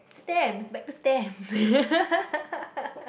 stamps but two stamps